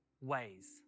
ways